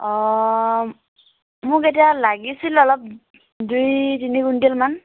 অ' মোক এতিয়া লাগিছিল অলপ দুই তিনি কুইণ্টেলমান